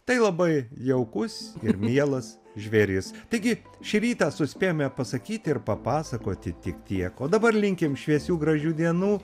tai labai jaukus ir mielas žvėris taigi šį rytą suspėjome pasakyti ir papasakoti tik tiek o dabar linkim šviesių gražių dienų